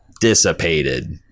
dissipated